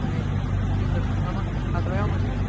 neen lieve genannen laten wij anders doen